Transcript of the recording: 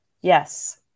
yes